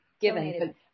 given